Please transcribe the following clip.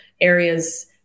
areas